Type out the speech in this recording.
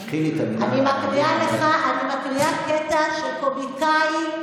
אני מקריאה קטע של קומיקאי.